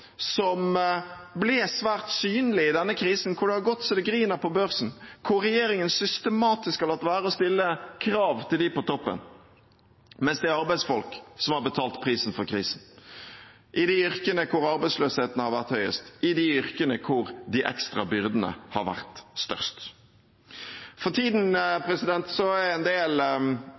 i denne krisen, hvor det har gått så det griner på børsen, hvor regjeringen systematisk har latt være å stille krav til dem på toppen, mens arbeidsfolk har betalt prisen for krisen i de yrkene hvor arbeidsløsheten har vært høyest, i de yrkene hvor de ekstra byrdene har vært størst. For tiden er en del